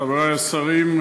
חברי השרים,